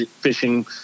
fishing